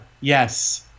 Yes